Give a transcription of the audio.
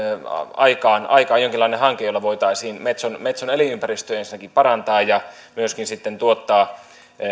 aikaan jonkinlainen hanke jolla voitaisiin metson metson elinympäristöjä ensinnäkin parantaa ja myöskin sitten tuottaa